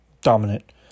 dominant